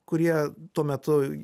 kurie tuo metu